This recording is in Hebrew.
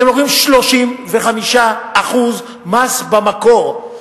אתם לוקחים 35% מס במקור.